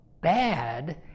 bad